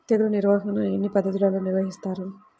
తెగులు నిర్వాహణ ఎన్ని పద్ధతులలో నిర్వహిస్తారు?